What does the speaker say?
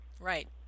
Right